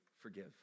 forgive